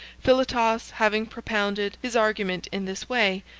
philotas having propounded his argument in this way,